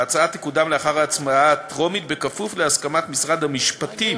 ההצעה תקודם לאחר ההצבעה הטרומית כפוף להסכמת משרד המשפטים,